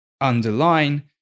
underline